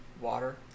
water